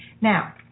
Now